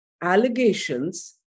allegations